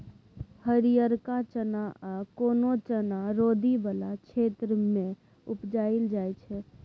हरियरका चना या कोनो चना रौदी बला क्षेत्र मे उपजाएल जाइ छै